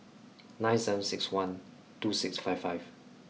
nine seven six one two six five five